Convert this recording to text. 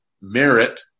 merit